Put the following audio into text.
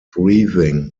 breathing